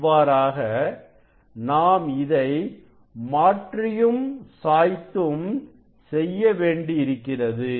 இவ்வாறாக நாம் இதை மாற்றியும் சாய்த்தும் செய்யவேண்டியிருக்கிறது